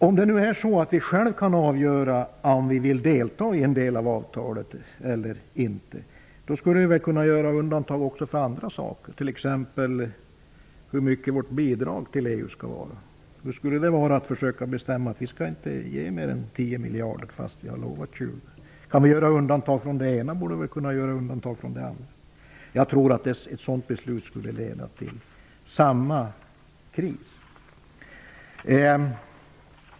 Om det nu är så, att vi själva kan avgöra om vi vill delta i en del av avtalet eller inte skulle vi väl kunna göra undantag även för en del andra saker, exempelvis hur stort vårt bidrag till EU skall vara. Hur skulle det vara att försöka bestämma att Sverige inte skall bidraga med mer än 10 miljarder kronor fast 20 miljarder kronor är utlovat? Om vi kan göra undantag från det ena, borde vi kunna göra undantag från det andra. Jag tror att ett sådant beslut skulle leda till samma typ av kris.